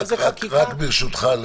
אז החקיקה --- ברשותך,